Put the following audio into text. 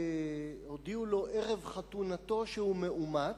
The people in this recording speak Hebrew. הודיעו לו ערב חתונתו שהוא מאומץ,